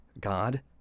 God